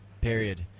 period